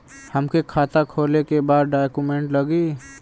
हमके खाता खोले के बा का डॉक्यूमेंट लगी?